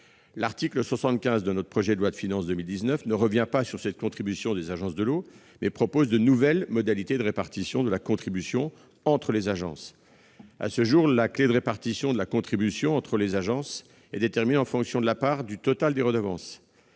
L'article 75 du projet de loi de finances pour 2019 ne revient pas sur cette contribution des agences de l'eau, mais il propose de nouvelles modalités de répartition de la contribution entre les agences. À ce jour, la clef de répartition de la contribution entre les agences est déterminée en fonction de la part du total des redevances.